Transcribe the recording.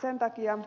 sen takia